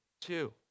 two